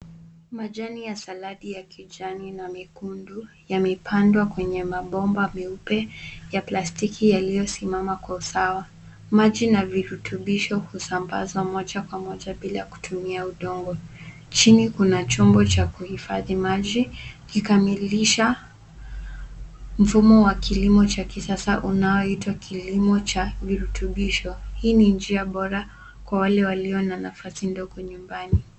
Majani ya saladi ya kijani na mekundu yamepandwa kwenye mabomba meupe ya plastiki yaliyosimama kwa usawa. Maji na virutubisho husambazwa moja kwa moja bila kutumia udongo. Chini kuna chombo cha kuhifadhi maji kikamilisha mfumo wa kilimo cha kisasa unayoitwa kilimo cha virutubisho. Hii ni njia bora kwa wale walio na nafasi ndogo nyumbani.